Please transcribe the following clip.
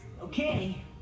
Okay